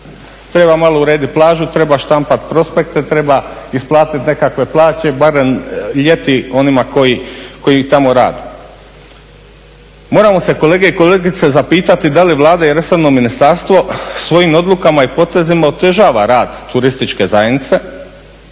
Treba malo urediti plažu, treba štampat prospekte, treba isplatiti nekakve plaće barem ljeti onima koji tamo rade. Moramo se kolege i kolegice zapitati da li Vlada i resorno ministarstvo svojim odlukama i potezima otežava rad turističke zajednice,